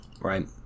right